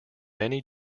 many